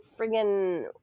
friggin